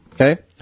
Okay